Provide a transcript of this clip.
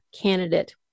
candidate